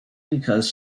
because